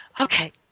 Okay